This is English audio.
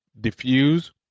diffuse